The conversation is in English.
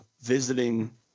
visiting